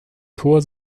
tor